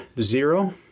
zero